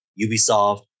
Ubisoft